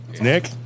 Nick